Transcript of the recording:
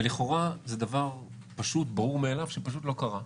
לכאורה זה דבר פשוט, ברור מאליו שפשוט לא קרה.